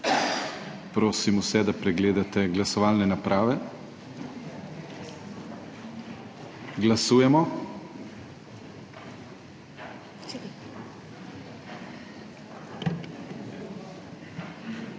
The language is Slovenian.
Prosim vse, da pregledate glasovalne naprave. Glasujemo.